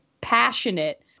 passionate